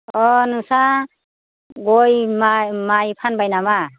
अह नोंस्रा गय माइ माइ फानबाय नामा